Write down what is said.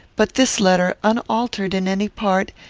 but this letter, unaltered in any part,